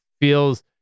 feels